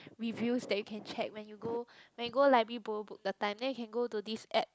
reviews that you can check when you go when you go library borrow book that time then you can go to this app